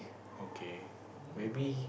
okay maybe